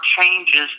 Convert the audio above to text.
changes